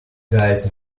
guys